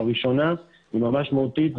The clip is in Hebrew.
והראשונה היא ממש מהותית,